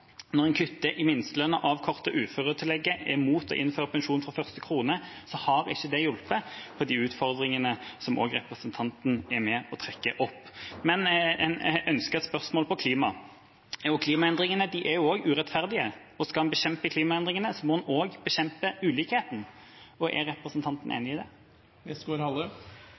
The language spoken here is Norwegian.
Når en kutter i minstelønna og avkorter uføretillegget og er imot å innføre pensjon fra første krone, har ikke det hjulpet på de utfordringene som også representanten er med og trekker opp. Men jeg ønsker å stille et spørsmål om klima. Klimaendringene er jo også urettferdige, og skal en bekjempe klimaendringene, må en også bekjempe ulikhetene. Er representanten enig i det?